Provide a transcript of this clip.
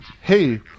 hey